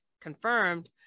confirmed